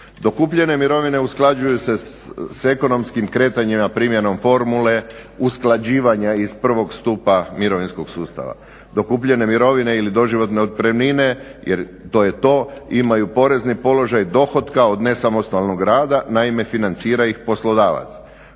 Dokupljene mirovine usklađuju se s ekonomskim kretanjima primjenom formule usklađivanja iz prvog stupa mirovinskog sustava. Dokupljene mirovine ili doživotne otpremnine jer to je to, imaju porezni položaj dohotka od nesamostalnog rada, naime financira ih poslodavac.